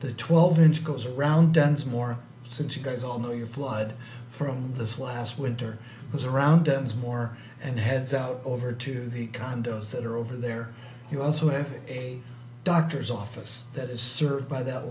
the twelve inch goes around dunsmore since you guys all know your flood from this last winter was around more and heads out over to the condos that are over there you also have a doctor's office that is served by that